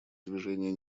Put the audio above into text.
движения